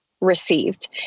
received